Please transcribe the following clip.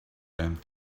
and